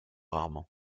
rarement